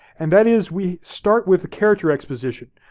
and that is we start with the character exposition.